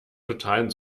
totalen